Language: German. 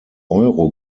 euro